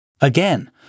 Again